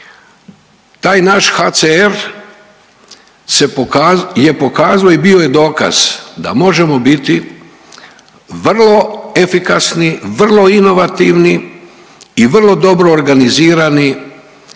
Taj naš HCR je pokazao i bio je dokaz da možemo biti vrlo efikasni, vrlo inovativni i vrlo dobro organizirani